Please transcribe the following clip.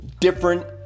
Different